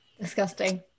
Disgusting